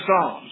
Psalms